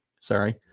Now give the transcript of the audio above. sorry